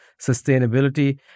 sustainability